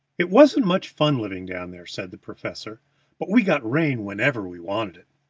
it wasn't much fun living down there, said the professor but we got rain whenever we wanted it.